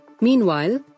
Meanwhile